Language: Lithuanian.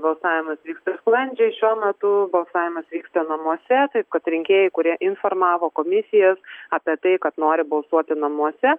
balsavimas vyksta sklandžiai šiuo metu balsavimas vyksta namuose taip kad rinkėjai kurie informavo komisijas apie tai kad nori balsuoti namuose